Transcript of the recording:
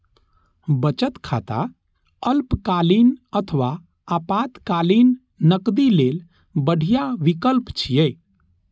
बचत खाता अल्पकालीन अथवा आपातकालीन नकदी लेल बढ़िया विकल्प छियै